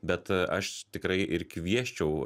bet aš tikrai ir kviesčiau